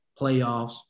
playoffs